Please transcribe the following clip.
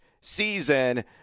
season